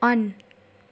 on